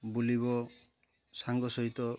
ବୁଲିବ ସାଙ୍ଗ ସହିତ